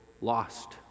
lost